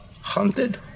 hunted